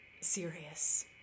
serious